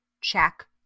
check